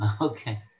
Okay